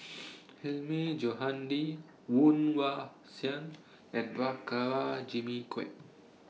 Hilmi Johandi Woon Wah Siang and Prabhakara Jimmy Quek